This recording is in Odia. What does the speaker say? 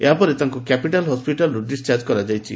ଏହା ପରେ ତାଙ୍କୁ କ୍ୟାପିଟାଲ ହସ୍ପିଟାଲରୁ ଡିସ୍ଚାର୍କ କରାଯାଇଛି